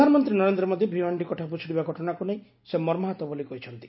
ପ୍ରଧାନମନ୍ତ୍ରୀ ନରେନ୍ଦ୍ର ମୋଦୀ ଭିୱାଣ୍ଡି କୋଠା ଭୁଶୁଡ଼ିବା ଘଟଣାକୁ ନେଇ ସେ ମର୍ମାହତ ବୋଲି କହିଛନ୍ତି